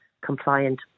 compliant